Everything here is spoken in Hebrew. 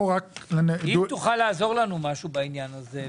אם תוכל לעזור לנו משהו בעניין הזה,